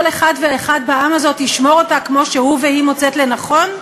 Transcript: כל אחד ואחד בעם הזאת ישמור אותה כמו שהוא והיא מוצאת לנכון?